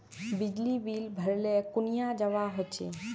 बिजली बिल भरले कुनियाँ जवा होचे?